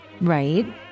Right